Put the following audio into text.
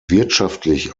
wirtschaftlich